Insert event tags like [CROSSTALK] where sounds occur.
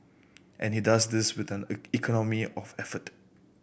and he does this with an [UNINTELLIGIBLE] economy of effort